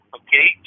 okay